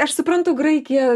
aš suprantu graikija